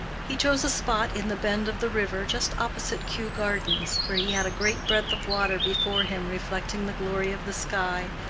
he chose a spot in the bend of the river just opposite kew gardens, where he had a great breadth of water before him reflecting the glory of the sky,